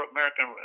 American